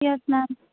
yes ma'am